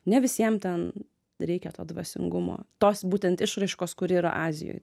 ne visiem ten reikia to dvasingumo tos būtent išraiškos kuri yra azijoj